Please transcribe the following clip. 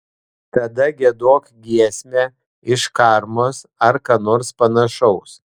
tada giedok giesmę iš karmos ar ką nors panašaus